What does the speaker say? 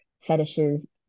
fetishes